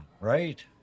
Right